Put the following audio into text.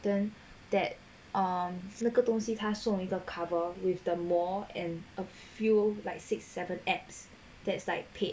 then that um 那个东西他送一个 cover with the 莫 and a few like six seven apps that's like paid